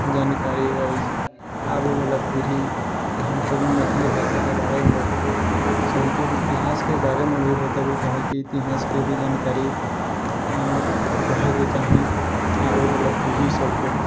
जानकारि अछि आबै बला पीढ़ीके हम सभ मैथिली भाषाके बारेमे बतेबै सम्पूर्ण इतिहासके बारेमे भी बतेबै काहेकि इतिहासके भी जानकारि रहैके चाही आबै बला पीढ़ी सभके